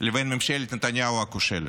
לבין ממשלת נתניהו הכושלת,